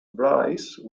bryce